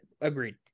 agreed